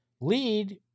lead